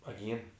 again